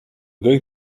going